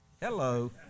Hello